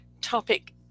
topic